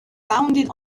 sounded